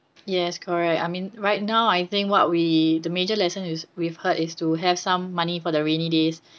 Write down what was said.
yes correct I mean right now I think what we the major lesson is with her is to have some money for the rainy days